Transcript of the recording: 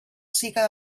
siga